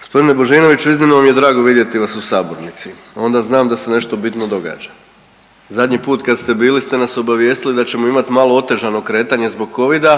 gospodine Božinoviću iznimno mi je drago vidjeti vas u sabornici onda znam da se nešto bitno događa. Zadnji put kad ste bili ste nas obavijesti da ćemo imati malo otežano kretanje zbog Covida,